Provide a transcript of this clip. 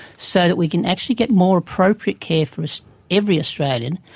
so that we can actually get more appropriate care for so every australian,